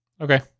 Okay